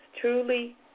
truly